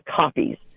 copies